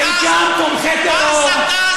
וחלקם תומכי טרור.